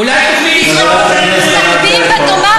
אולי תוכלי לשתוק כשאני מדבר?